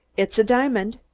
it's a diamond!